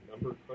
number